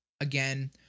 again